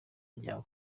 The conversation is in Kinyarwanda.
nshya